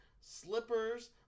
slippers